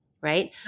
right